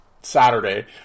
Saturday